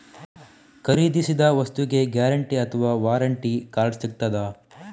ಖರೀದಿಸಿದ ವಸ್ತುಗೆ ಗ್ಯಾರಂಟಿ ಅಥವಾ ವ್ಯಾರಂಟಿ ಕಾರ್ಡ್ ಸಿಕ್ತಾದ?